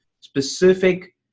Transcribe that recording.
specific